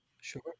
Sure